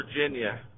Virginia